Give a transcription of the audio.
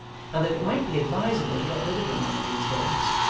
and that it might be advisable to get rid of him one of these days.